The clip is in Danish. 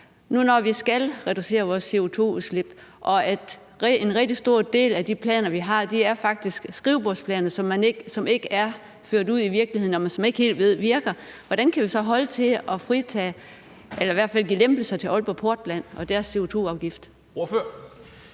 Nu, når vi skal reducere vores CO2-udslip og en rigtig stor del af de planer, vi har, faktisk er skrivebordsplaner, som ikke er ført ud i virkeligheden, og som man ikke helt ved om virker, hvordan kan vi så holde til at give lempelser til Aalborg Portland og deres CO2-afgift?